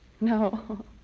No